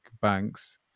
banks